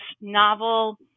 novel